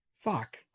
Fuck